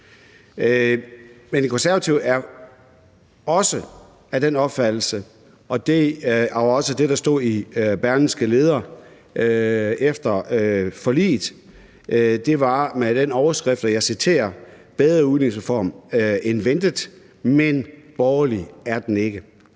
Men De Konservative er også af den opfattelse, som der jo også stod i Berlingskes leder efter forliget med overskriften: »Bedre udligningsreform end ventet – men borgerlig er den ikke«.